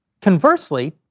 Conversely